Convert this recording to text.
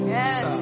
Yes